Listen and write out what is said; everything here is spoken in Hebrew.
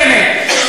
בנט,